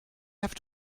have